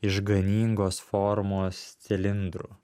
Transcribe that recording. išganingos formos cilindru